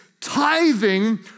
tithing